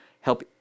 Help